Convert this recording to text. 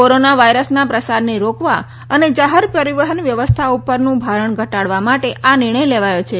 corona વાયરસના પ્રસારને રોકવા અને જાહેર પરિવહન વ્યવસ્થા ઉપરનું ભારણ ઘટાડવા માટે આ નિર્ણય લેવાયો છે